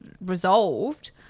resolved